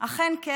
אכן כן.